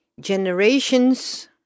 generations